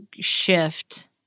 shift